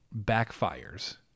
backfires